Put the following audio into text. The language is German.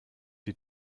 die